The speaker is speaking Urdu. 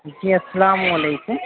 جی السّلام علیکم